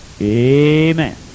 amen